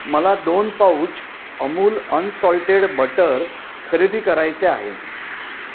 मला दोन pouch Amul unsalted butter खरेदी करायचे आहे